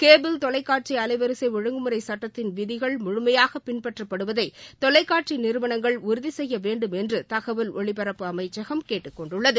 cable தொலைக்காட்சிஅலைவரிசை ஒழுங்குமுறை சட்டத்தின் விதிகள் முழுமையாக பின்பற்றப்படுவதை தொலைக்காட்சி நிறுவனங்கள் உறுதி செய்யவேண்டும் என்று தகவல் ஒலிப்பரப்பு அமைச்சகம் கேட்டுக்கொண்டுள்ளது